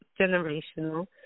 generational